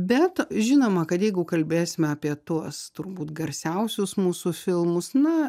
bet žinoma kad jeigu kalbėsime apie tuos turbūt garsiausius mūsų filmus na